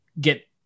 get